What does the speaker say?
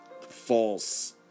false